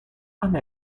and